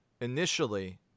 initially